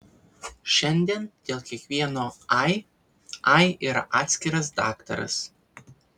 šiandien dėl kiekvieno ai ai yra atskiras daktaras